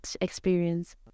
experience